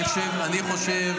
אני חושב,